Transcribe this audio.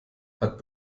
hat